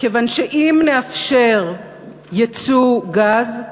כיוון שאם נאפשר ייצוא גז,